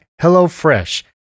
HelloFresh